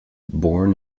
born